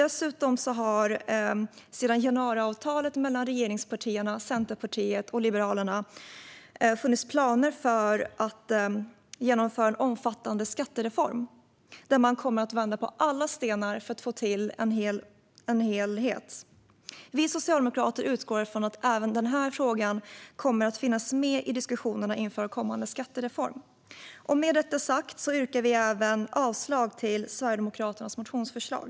Dessutom har det sedan januariavtalet mellan regeringspartierna, Centerpartiet och Liberalerna funnits planer på att genomföra en omfattande skattereform, där man kommer att vända på alla stenar för att få till en helhet. Vi socialdemokrater utgår från att även denna fråga kommer att finnas med i diskussionerna inför kommande skattereform. Med detta sagt yrkar jag även avslag på Sverigedemokraternas motionsförslag.